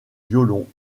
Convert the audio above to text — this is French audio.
violon